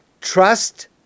Trust